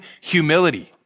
humility